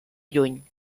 lluny